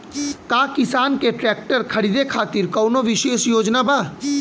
का किसान के ट्रैक्टर खरीदें खातिर कउनों विशेष योजना बा?